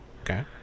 Okay